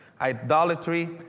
idolatry